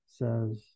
says